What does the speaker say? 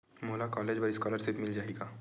मोला कॉलेज बर स्कालर्शिप मिल जाही का?